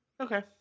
okay